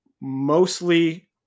mostly